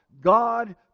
God